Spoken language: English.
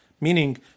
Meaning